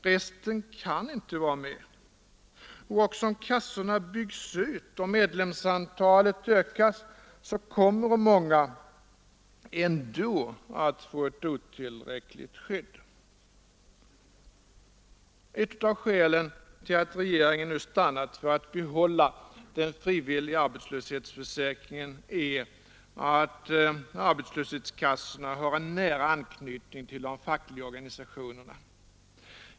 Resten kan inte vara med. Också om kassorna byggs ut och medlemsantalet ökas kommer många ändå att få ett otillräckligt skydd. Ett av skälen till att regeringen nu har stannat för att behålla den frivilliga arbetslöshetsförsäkringen är att arbetslöshetskassorna har en nära anknytning till de fackliga organisationerna.